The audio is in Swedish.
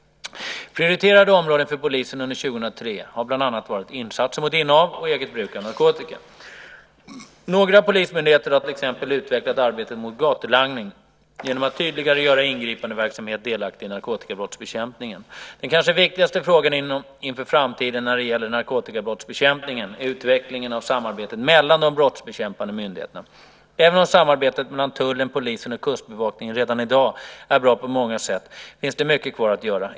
Prioriterade områden för polisen under 2003 har bland annat varit insatser mot innehav och eget bruk av narkotika. Några polismyndigheter har till exempel utvecklat arbetet mot gatulangning genom att tydligare göra ingripandeverksamheten delaktig i narkotikabrottsbekämpningen. Den kanske viktigaste frågan inför framtiden när det gäller narkotikabrottsbekämpningen är utvecklingen av samarbetet mellan de brottsbekämpande myndigheterna. Även om samarbetet mellan tullen, polisen och kustbevakningen redan i dag är bra på många sätt finns det mycket kvar att göra.